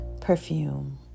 perfume